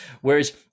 whereas